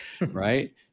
right